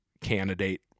candidate